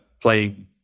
playing